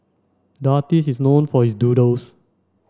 the artist is known for his doodles